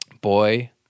Boy